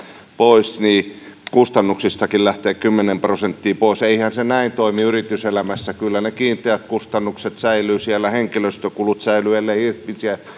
pois niin kustannuksistakin lähtisi kymmenen prosenttia pois eihän se näin toimi yrityselämässä kyllä ne kiinteät kustannukset säilyvät siellä henkilöstökulut säilyvät ellei ihmisiä